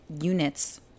units